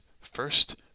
first